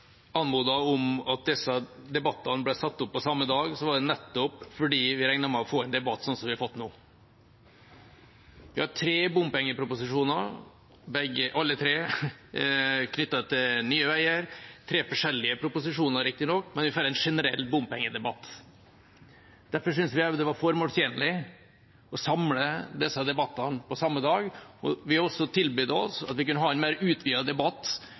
anmodet om at disse debattene ble satt opp samme dag, var det nettopp fordi vi regnet med å få en debatt som den vi har fått nå. Vi har tre bompengeproposisjoner. Alle tre er knyttet til Nye Veier. Det er tre forskjellige proposisjoner, riktignok, men vi får en generell bompengedebatt. Vi syntes det var formålstjenlig å samle disse debattene på samme dag. Vi tilbød også at vi kunne ha en mer utvidet debatt